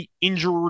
injured